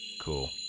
cool